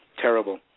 Terrible